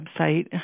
website